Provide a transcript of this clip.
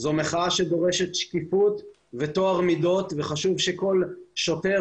זו מחאה שדורשת שקיפות וטוהר מידות וחשוב שכל שוטר